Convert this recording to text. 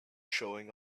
showing